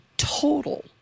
total